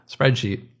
spreadsheet